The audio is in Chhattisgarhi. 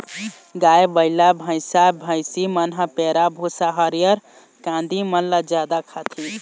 गाय, बइला, भइसा, भइसी मन ह पैरा, भूसा, हरियर कांदी मन ल जादा खाथे